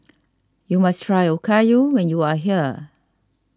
you must try Okayu when you are here